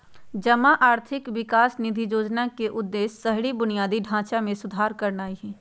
जमा आर्थिक विकास निधि जोजना के उद्देश्य शहरी बुनियादी ढचा में सुधार करनाइ हइ